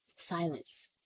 silence